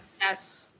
Yes